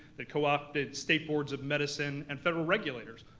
that co-opted state boards of medicine and federal regulators,